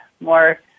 more